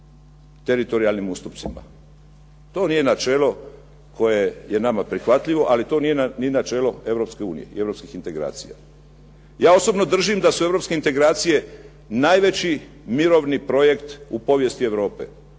teritorijalnim ustupcima. To nije načelo koje je nama prihvatljivo, ali to nije ni načelo Europske unije i europskih integracija. Ja osobno držim da su europske integracije najveći mirovni projekt u povijesti Europe.